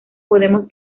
podemos